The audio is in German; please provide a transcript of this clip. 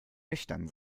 nüchtern